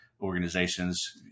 organizations